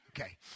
Okay